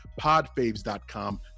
podfaves.com